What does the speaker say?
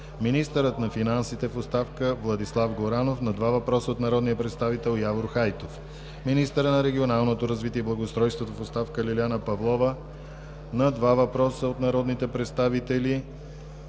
министърът на финансите в оставка Владислав Горанов – на два въпроса от народния представител Явор Хайтов, - министърът на регионалното развитие и благоустройството в оставка Лиляна Павлова – на два въпроса от народните представители